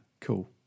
Cool